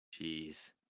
jeez